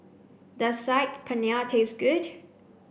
does Saag Paneer taste good